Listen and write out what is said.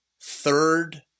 third